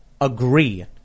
agree